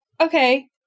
okay